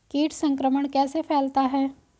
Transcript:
कीट संक्रमण कैसे फैलता है?